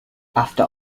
after